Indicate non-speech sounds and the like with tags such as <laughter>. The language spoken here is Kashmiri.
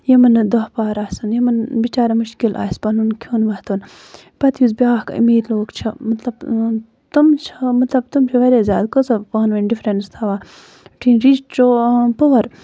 یِمن نہٕ دہ پار آسن یِمَن بِچارین مُشکِل آسہِ پَنُن کھیوٚن ووتھن پَتہٕ یُس بیاکھ أمیٖر لُکھ چھِ مطلب تِم چھِ مطلب تِم چھِ واریاہ زیادٕ کۭژاہ ھ پانہٕ ؤنۍ ڈِفرَنٕس تھاوان <unintelligible> پُور